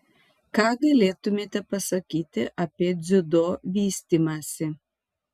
ką galėtumėte pasakyti apie dziudo vystymąsi